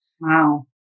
Wow